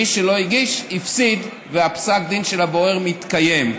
מי שלא הגיש, הפסיד, ופסק הדין של הבורר מתקיים.